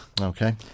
Okay